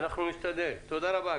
נשתדל, תודה רבה.